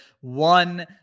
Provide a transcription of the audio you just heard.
one